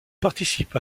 participe